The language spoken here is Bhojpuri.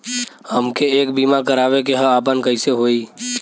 हमके एक बीमा करावे के ह आपन कईसे होई?